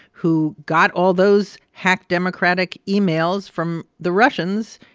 who got all those hacked democratic emails from the russians,